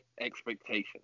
expectations